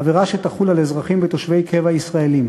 עבירה שתחול על אזרחים ותושבי קבע ישראלים.